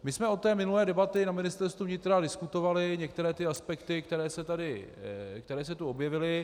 My jsme od té minulé debaty na Ministerstvu vnitra diskutovali některé aspekty, které se tu objevily.